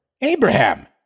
Abraham